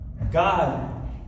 God